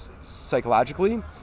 psychologically